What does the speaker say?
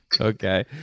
Okay